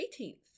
18th